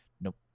Nope